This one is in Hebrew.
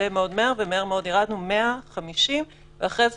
התקדם מאוד מהר ומהר מאוד ירדנו, 100, 50 ואחרי כן